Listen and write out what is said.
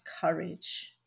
courage